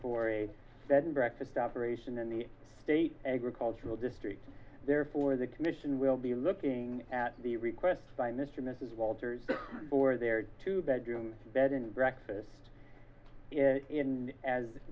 for a bed and breakfast operation in the state agricultural district there for the commission will be looking at the request by mr mrs walters for their two bedroom bed and breakfast in as